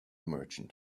merchant